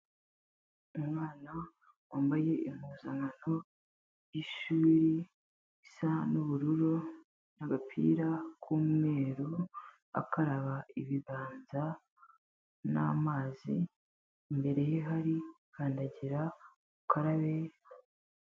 Umwana wambaye impuzankanto y'ishuri isa n'ubururu n'agapira k'umweru, akaraba ibiganza n'amazi, imbere ye hari kandagira ukarabe.